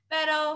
Pero